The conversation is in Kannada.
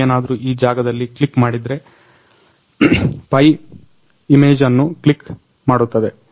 ನೀವೇನಾದ್ರು ಈ ಜಾಗದಲ್ಲಿ ಕ್ಲಿಕ್ ಮಾಡಿದ್ರೆ ಪೈ ಇಮೇಜ್ಅನ್ನು ಕ್ಲಿಕ್ ಮಾಡುತ್ತದೆ